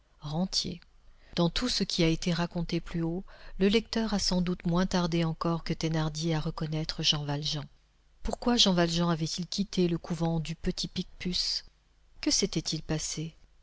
rentier dans tout ce qui a été raconté plus haut le lecteur a sans doute moins tardé encore que thénardier à reconnaître jean valjean pourquoi jean valjean avait-il quitté le couvent du petit picpus que s'était-il passé